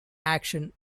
action